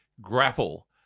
grapple